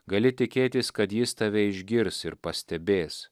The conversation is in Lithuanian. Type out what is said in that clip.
gali tikėtis kad jis tave išgirs ir pastebės